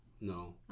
No